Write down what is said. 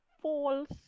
False